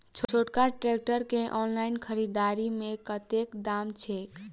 छोटका ट्रैक्टर केँ ऑनलाइन खरीददारी मे कतेक दाम छैक?